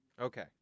Okay